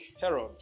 Herod